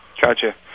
Gotcha